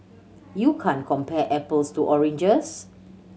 you can't compare apples to oranges